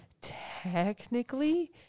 technically